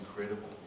incredible